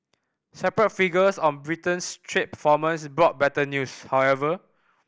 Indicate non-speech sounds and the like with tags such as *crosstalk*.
separate figures on Britain's trade *unintelligible* brought better news however